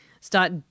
start